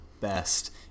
best